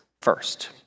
first